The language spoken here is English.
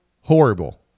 horrible